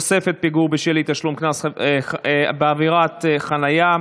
(תוספת פיגור בשל אי-תשלום קנס בעבירת חניה),